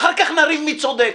אחר כך נריב מי צודק.